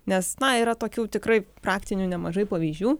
nes na yra tokių tikrai praktinių nemažai pavyzdžių